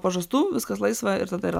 pažastų viskas laisva ir tada yra